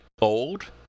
old